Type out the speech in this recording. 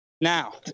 Now